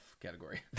category